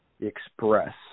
Express